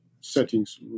settings